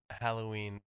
Halloween